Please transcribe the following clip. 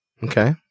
Okay